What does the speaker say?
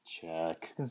check